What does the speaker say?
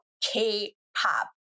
K-pop